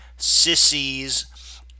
sissies